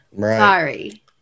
sorry